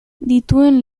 dituen